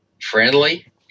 friendly